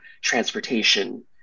transportation